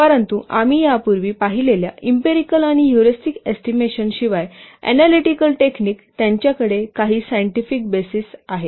परंतु आम्ही यापूर्वी पाहिलेल्या इम्पिरिकल आणि हयूरिस्टिक एस्टिमेशन शिवाय ऍनालीटीकल टेक्निक त्यांच्याकडे काही सायंटिफिक बेसिस आहेत